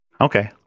Okay